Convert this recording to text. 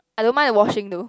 I don't mind the washing though